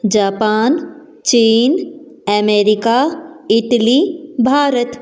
Japan चीन America Italy Bharat